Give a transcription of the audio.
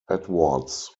edwards